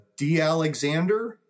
dalexander